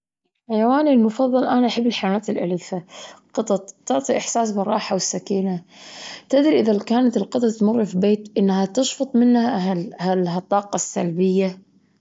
حيواني المفظل، أنا أحب الحيوانات الأليفة، قطط، تعطي إحساس بالراحة والسكينة. تدري إذا كانت القطط تمر في بيت، إنها تشفط منها هال- هال- هالطاقة السلبية.